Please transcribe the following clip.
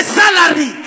salary